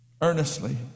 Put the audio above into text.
earnestly